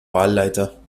wahlleiter